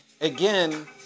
again